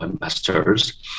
masters